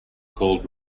called